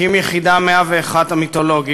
מקים יחידה 101 המיתולוגית,